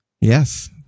Yes